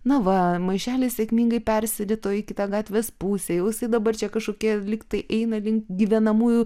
na va maišelis sėkmingai persirito į kitą gatvės pusę jau jisai dabar čia kažkokie lygtai eina link gyvenamųjų